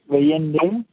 వెయ్యా అండి